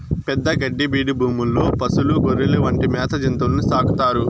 పెద్ద గడ్డి బీడు భూముల్లో పసులు, గొర్రెలు వంటి మేత జంతువులను సాకుతారు